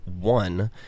one